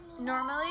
Normally